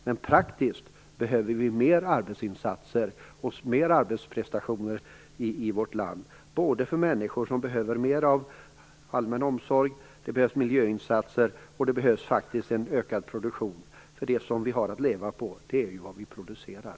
Men praktiskt behöver vi mer arbetsinsatser och större arbetsprestationer i vårt land för människor som behöver mer av allmän omsorg. Det behövs miljöinsatser och ökad produktion, för det som vi har att leva på är ju det som vi producerar.